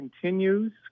continues